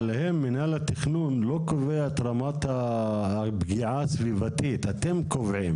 יכולים פתאום ללכת אחורה ולהגיד, רגע, רגע, תעצרו.